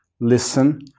listen